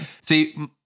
see